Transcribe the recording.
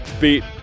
beat